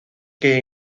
que